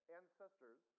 ancestors